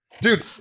dude